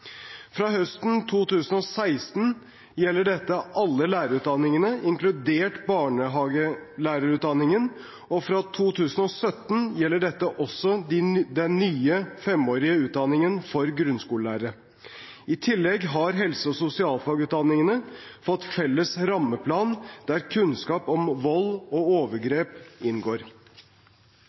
Fra høsten 2016 gjelder dette alle lærerutdanningene, inkludert barnehagelærerutdanningen, og fra 2017 gjelder det også den nye femårige utdanningen for grunnskolelærere. I tillegg har helse- og sosialfagutdanningene fått felles rammeplan, der kunnskap om vold og overgrep inngår.